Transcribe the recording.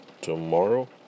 tomorrow